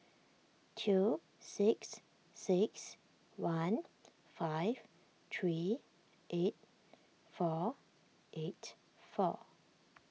two six six one five three eight four eight four